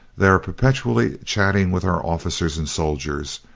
they are perpetually chattering with our officers and soldiers,